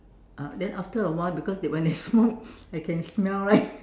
then after awhile because when they smoke I can smell right